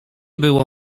było